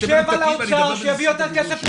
שב על האוצר שיביא יותר כסף למעונות.